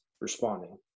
responding